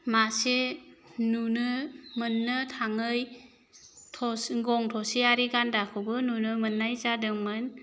मासे नुनो मोननो थाङै थसे गं थसेयारि गान्दाखौबो नुनो मोननाय जादोंमोन